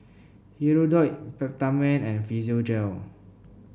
Hirudoid Peptamen and Physiogel